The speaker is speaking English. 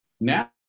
Now